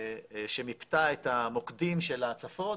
שמיפתה את המוקדים של ההצפות.